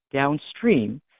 downstream